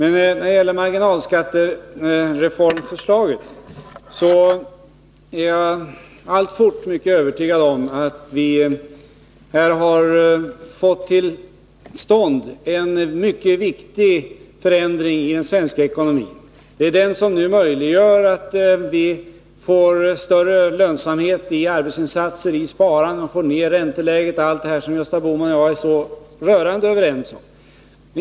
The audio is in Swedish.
När det gäller marginalskattereformförslaget vill jag framhålla att jag alltfort är övertygad om att vi här har fått till stånd en mycket viktig förändring i den svenska ekonomin, vilken möjliggör att vi når större lönsamhet i arbetsinsatser och sparande och får ned ränteläget, allt detta som Gösta Bohman och jag är så rörande överens om.